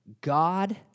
God